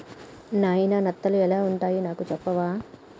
నాయిన నత్తలు ఎలా వుంటాయి నాకు సెప్పవా